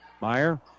Meyer